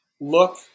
look